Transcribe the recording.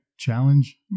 Challenge